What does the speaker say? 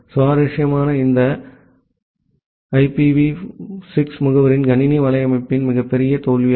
சுவாரஸ்யமாக இது உண்மையில் இந்த ஐபிவி 6 முகவரியின் கணினி வலையமைப்பின் மிகப்பெரிய தோல்வியாகும்